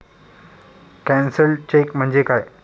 Cancelled cheque म्हणजे काय?